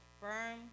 firm